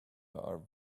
are